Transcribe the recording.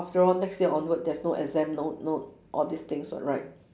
after all next year onward there's no exam no no all these things one right